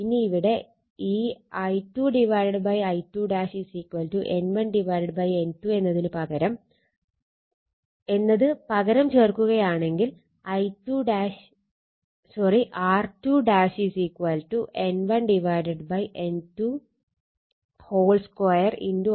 ഇനി ഇവിടെ ഈ I2 I2 N1 N2 എന്നത് പകരം ചേർക്കുകയാണെങ്കിൽ R2 N1 N2 2 R2 എന്നാവും